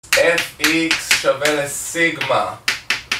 Fx שווה לסיגמא